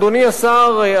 אדוני השר,